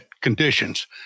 conditions